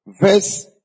verse